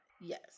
Yes